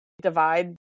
divide